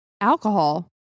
Alcohol